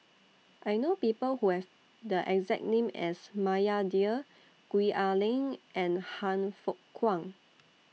I know People Who Have The exact name as Maria Dyer Gwee Ah Leng and Han Fook Kwang